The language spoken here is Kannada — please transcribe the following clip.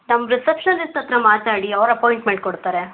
ನಮ್ಮ ರಿಸೆಪ್ಶನಿಸ್ಟ್ ಹತ್ತಿರ ಮಾತಾಡಿ ಅವ್ರು ಅಪಾಯಿಂಟ್ಮೆಂಟ್ ಕೊಡ್ತಾರೆ